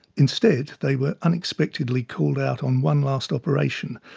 instead, they were unexpectedly called out on one last operation,